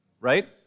right